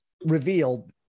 revealed